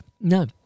No